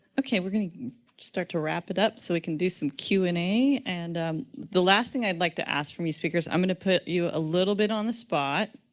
okay, we're going to start to wrap it up so we can do some q and a, and the last thing i'd like to ask from you, speakers, i'm going to put you a little bit on the spot.